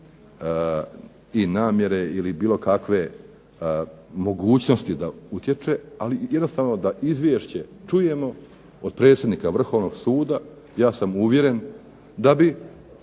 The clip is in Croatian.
i namjere ili bilo kakve mogućnosti da utječe. Ali jednostavno da izvješće čujemo od predsjednika Vrhovnog suda. Ja sam uvjeren da bi